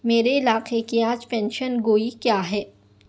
میرے علاقے کی آج پینشن گوئی کیا ہے